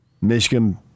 Michigan